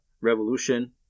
revolution